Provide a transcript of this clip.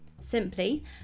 Simply